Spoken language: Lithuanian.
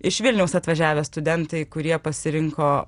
iš vilniaus atvažiavę studentai kurie pasirinko